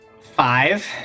Five